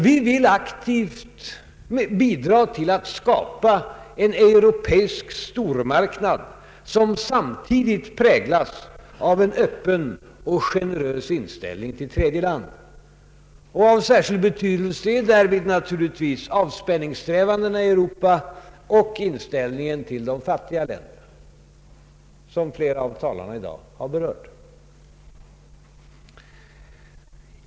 Vi vill aktivt bidra till att skapa en europeisk stormarknad som samtidigt präglas av en öppen och generös inställning till tredje land. Av särskild betydelse är därvid avspänningssträvandena i Europa och inställningen till de fattiga länderna, som flera av talarna i dag har berört.